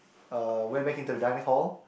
uh went back in to the dining hall